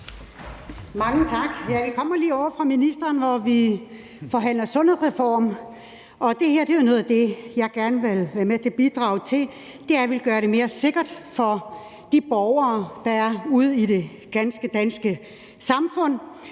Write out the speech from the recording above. Mange tak. Ja, vi kommer lige ovre fra ministeren, hvor vi forhandler sundhedsreform. Det her er jo noget af det, som jeg gerne vil være med til at bidrage til, nemlig at gøre det mere sikkert for de borgere, der er ude i det ganske danske samfund,